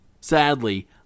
Sadly